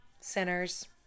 sinners